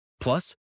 Plus